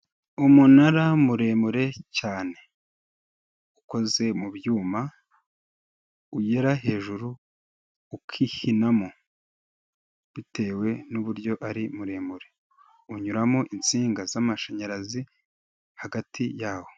Umunara muremure cyane. Ukoze mu byuma, ugera hejuru ukihinamo, bitewe n'uburyo ari muremure, unyuramo insinga z'amashanyarazi hagati ya wo.